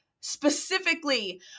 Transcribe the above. Specifically